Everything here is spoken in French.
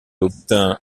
obtint